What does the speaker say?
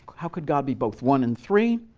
how could god be both one and three?